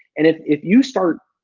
and if if you start,